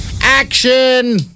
Action